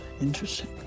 Interesting